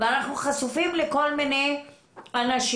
ואנחנו חשופים לכל מיני אנשים,